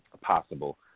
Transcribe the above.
possible